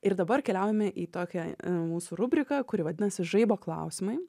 ir dabar keliaujame į tokią mūsų rubriką kuri vadinasi žaibo klausimai